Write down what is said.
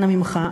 אנא ממך,